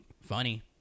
Funny